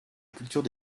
culture